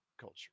Culture